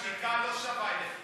שתיקה לא שווה אלף מילים,